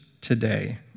today